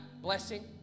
blessing